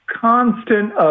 constant